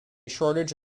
shortage